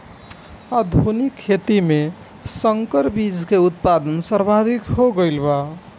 आधुनिक खेती में संकर बीज के उत्पादन सर्वाधिक हो गईल बा